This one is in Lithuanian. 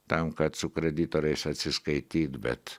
tam kad su kreditoriais atsiskaityt bet